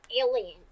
alien